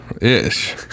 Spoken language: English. Ish